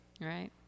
Right